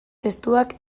testuak